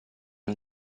non